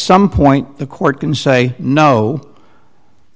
some point the court can say no